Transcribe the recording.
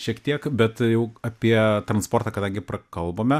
šiek tiek bet jau apie transportą kadangi prakalbome